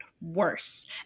worse